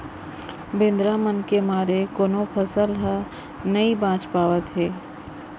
बेंदरा मन के मारे कोनो फसल ह नइ बाच पावत हे